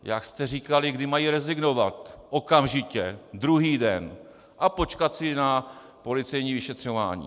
Jak jste říkali, kdy mají rezignovat okamžitě, druhý den a počkat si na policejní vyšetřování.